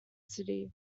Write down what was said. city